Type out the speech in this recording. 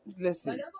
listen